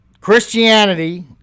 Christianity